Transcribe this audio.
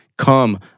Come